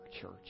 church